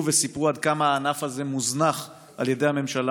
וסיפרו עד כמה הענף הזה מוזנח על ידי הממשלה,